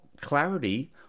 clarity